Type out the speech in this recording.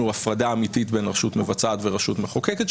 הפרדה אמיתית בין רשות מבצעת לרשות מחוקקת,